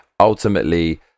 Ultimately